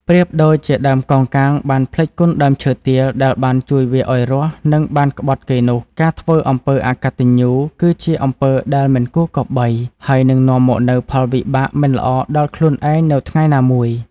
ប្រៀបដូចជាដើមកោងកាងបានភ្លេចគុណដើមឈើទាលដែលបានជួយវាឲ្យរស់ និងបានក្បត់គេនោះ ការធ្វើអំពើអកតញ្ញូ គឺជាអំពើដែលមិនគួរគប្បី ហើយនឹងនាំមកនូវផលវិបាកមិនល្អដល់ខ្លួនឯងនៅថ្ងៃណាមួយ។